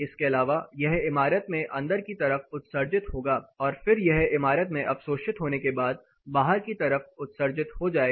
इसके अलावा यह इमारत में अंदर की तरफ उत्सर्जित होगा और फिर यह इमारत में अवशोषित होने के बाद बाहर की तरफ उत्सर्जित हो जाएगा